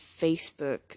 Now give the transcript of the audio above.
Facebook